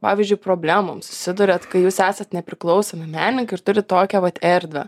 pavyzdžiui problemom susiduriat kai jūs esat nepriklausomi menininkai ir turit tokią vat erdvę